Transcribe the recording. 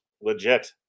Legit